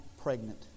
pregnant